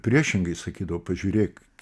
priešingai sakydavau pažiūrėk